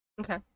Okay